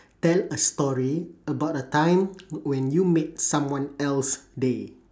tell a story about a time when you made someone else day